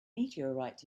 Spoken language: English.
meteorite